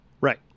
Right